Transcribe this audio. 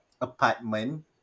apartment